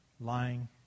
lying